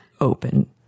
open